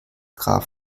grab